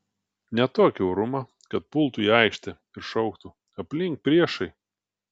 ne tokį orumą kad pultų į aikštę ir šauktų aplink priešai